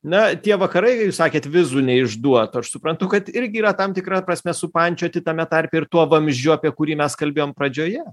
na tie vakarai sakėt vizų neišduotų aš suprantu kad irgi yra tam tikra prasme supančioti tame tarpe ir tuo vamzdžiu apie kurį mes kalbėjom pradžioje